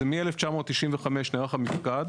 זה מ- 1995 נערך המפקד,